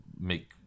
make